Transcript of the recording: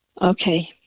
Okay